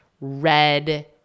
red